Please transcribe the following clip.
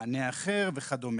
מענה אחר וכדומה.